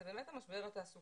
זה באמת המשבר התעסוקתי.